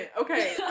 okay